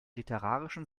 literarischen